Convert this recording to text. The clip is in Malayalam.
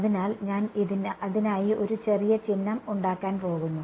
അതിനാൽ ഞാൻ അതിനായി ഒരു ചെറിയ ചിഹ്നം ഉണ്ടാക്കാൻ പോകുന്നു